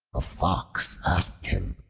a fox asked him,